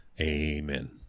Amen